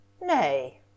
Nay